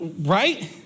right